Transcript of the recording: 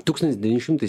tūkstantis devyni šimtai